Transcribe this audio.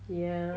ya